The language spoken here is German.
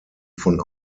von